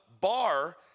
Bar